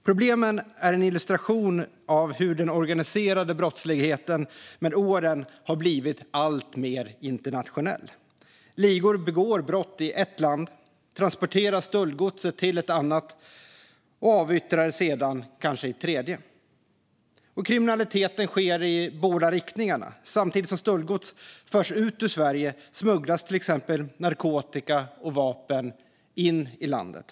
Problemen är en illustration av hur den organiserade brottsligheten med åren har blivit alltmer internationell. Ligor begår brott i ett land, transporterar stöldgodset till ett annat land och avyttrar det sedan kanske i ett tredje. Kriminaliteten sker i båda riktningarna. Samtidigt som stöldgods förs ut ur Sverige smugglas till exempel narkotika och vapen in i landet.